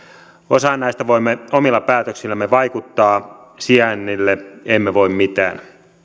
osaan näistä voimme omilla päätöksillämme vaikuttaa sijainnille emme voi mitään